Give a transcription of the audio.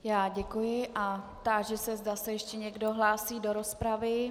Já děkuji a táži se, zda se ještě někdo hlásí do rozpravy.